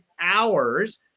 hours